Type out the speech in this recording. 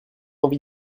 envie